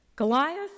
Goliath